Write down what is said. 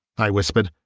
i whispered,